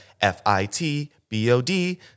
F-I-T-B-O-D